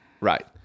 right